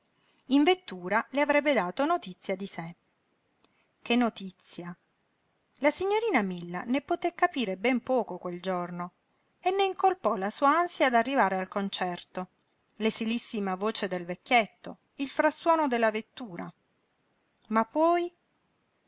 in vettura le avrebbe dato notizia di sé che notizia la signorina mula ne poté capire ben poco quel giorno e ne incolpò la sua ansia d'arrivare al concerto l'esilissima voce del vecchietto il frastuono della vettura ma poi